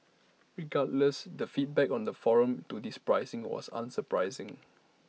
regardless the feedback on the forum to this pricing was unsurprising